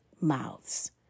mouths